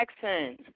Jackson